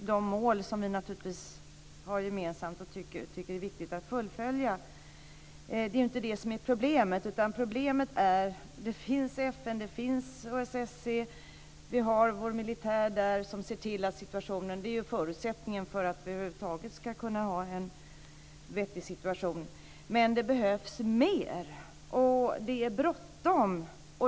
de mål som vi naturligtvis har gemensamt och som jag tycker det är viktigt att fullfölja, är det inte det som är problemet. Det finns FN, OSSE där, och vi har vår militär där som ser till situationen. Det är förutsättningen för att över huvud taget kunna få en vettig situation. Men det behövs mer, och det är bråttom.